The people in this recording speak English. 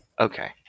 Okay